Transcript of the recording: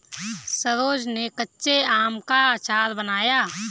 सरोज ने कच्चे आम का अचार बनाया